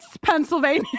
Pennsylvania